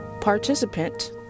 participant